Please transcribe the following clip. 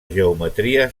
geometria